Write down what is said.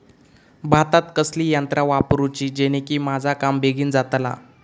भातात कसली यांत्रा वापरुची जेनेकी माझा काम बेगीन जातला?